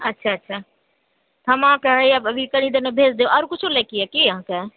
अच्छा अच्छा हम अहाँके हैया कनि देरमे भेज देब औरो किछु लैके यऽ अहाँकेॅं